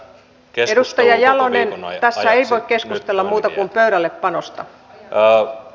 edustaja jalonen tässä ei voi keskustella muuta kuin pöydällepanosta